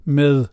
med